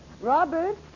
Robert